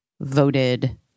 voted